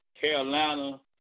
Carolina